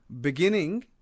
Beginning